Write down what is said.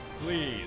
Please